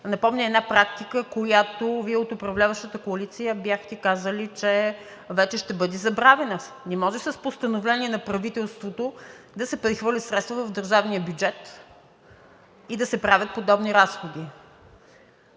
напомня една практика, която Вие от управляващата коалиция бяхте казали, че вече ще бъде забравена. Не може с постановление на правителството да се прехвърлят средства в държавния бюджет и да се правят подобни разходи.